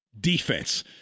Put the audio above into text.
defense